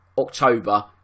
October